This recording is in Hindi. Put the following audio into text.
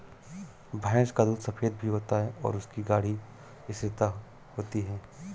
भैंस का दूध सफेद भी होता है और इसकी गाढ़ी स्थिरता होती है